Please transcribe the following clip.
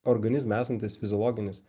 organizme esantis fiziologinis